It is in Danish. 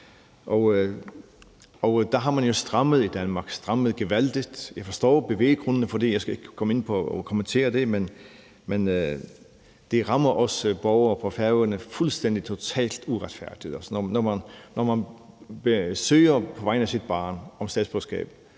Der har man jo strammet i Danmark og strammet gevaldigt. Jeg forstår bevæggrundene for det, og jeg skal ikke komme ind på det eller kommentere det, men det rammer os borgere på Færøerne fuldstændig totalt uretfærdigt. Når man søger om statsborgerskab